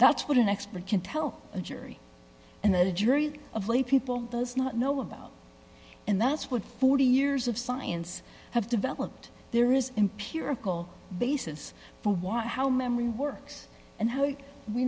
that's what an expert can tell a jury and a jury of laypeople does not know about and that's what forty years of science have developed there is empirical basis for why how memory works and how we